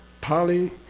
pali.